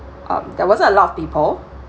um there wasn't a lot of people